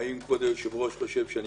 עוד כשהיה